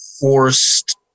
forced